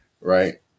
right